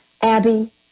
Abby